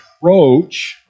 approach